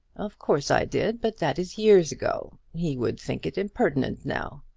of course i did but that is years ago. he would think it impertinent now.